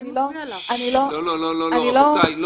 לא, לא, רבותיי.